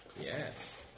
Yes